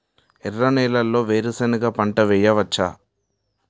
ఎర్ర నేలలో వేరుసెనగ పంట వెయ్యవచ్చా?